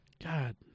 God